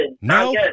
No